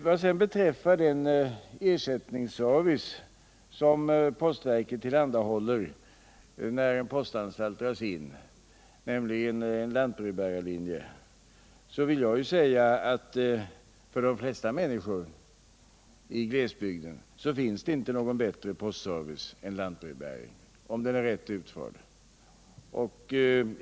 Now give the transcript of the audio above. Vad sedan beträffar den ersättningsservice som postverket tillhandahåller när en postanstalt dras in, nämligen en lantbrevbärarlinje, vill jag säga att det för de flesta människor i glesbygden inte finns någon bättre postservice än lantbrevbäringen, om den är rätt utförd.